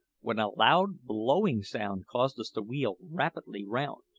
when a loud blowing sound caused us to wheel rapidly round.